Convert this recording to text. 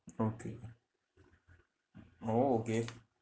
okay oh okay